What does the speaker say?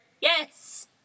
Yes